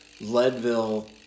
Leadville